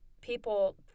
people